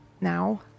now